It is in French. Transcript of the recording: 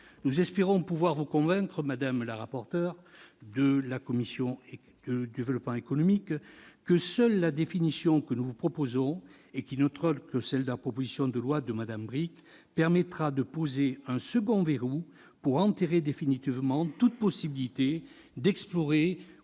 Nous espérons pouvoir vous convaincre, madame la rapporteur, que seule la définition que nous vous proposons, et qui n'est autre que celle de la proposition de loi de Nicole Bricq, permettra de poser un second verrou pour enterrer définitivement toute possibilité d'explorer